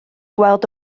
gweld